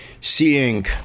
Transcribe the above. seeing